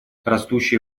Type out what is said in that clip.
растущая